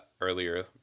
earlier